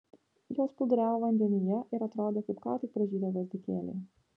jos plūduriavo vandenyje ir atrodė kaip ką tik pražydę gvazdikėliai